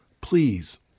Please